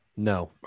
No